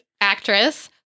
actress